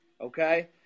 Okay